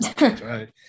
Right